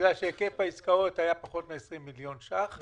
בגלל שהיקף העסקאות היה פחות מ-20 מיליון ש"ח,